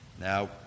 Now